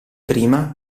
prima